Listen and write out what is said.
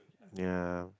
ya